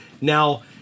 now